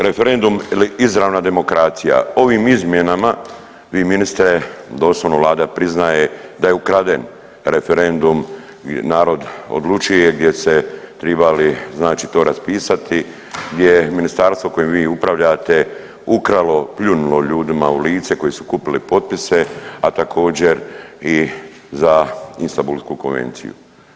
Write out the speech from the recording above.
Referendum ili izravna demokracija, ovim izmjenama vi ministre doslovno Vlada priznaje da je ukraden referendum „Narod odlučuje“ gdje ste tribali znači to raspisati, gdje ministarstvo kojem vi upravljate, ukralo, pljunulo ljudima u lice koji su kupili potpise, a također i za Istambulsku konvenciju.